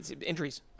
injuries